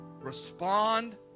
respond